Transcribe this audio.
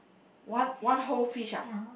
one one whole fish ah